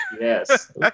Yes